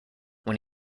when